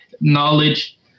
knowledge